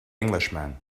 englishman